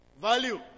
Value